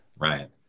Right